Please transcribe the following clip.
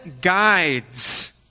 guides